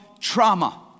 trauma